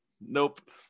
Nope